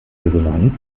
resonanz